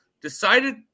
decided